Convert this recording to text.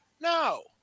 No